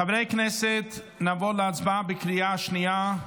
חברי הכנסת, נעבור להצבעה בקריאה השנייה.